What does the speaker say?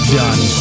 done